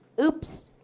oops